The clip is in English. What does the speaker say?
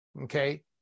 okay